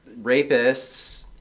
rapists